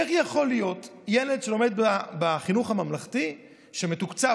איך יכול להיות שילד שלומד בחינוך הממלכתי שמתוקצב